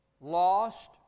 lost